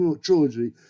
Trilogy